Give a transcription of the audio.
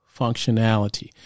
functionality